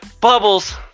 Bubbles